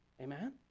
Amen